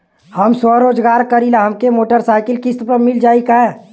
हम स्वरोजगार करीला हमके मोटर साईकिल किस्त पर मिल जाई का?